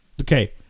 Okay